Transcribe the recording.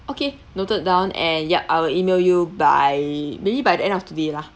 okay noted down and yup I will email you by maybe by the end of today lah